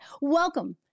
Welcome